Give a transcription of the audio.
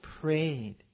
prayed